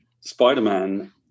Spider-Man